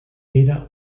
era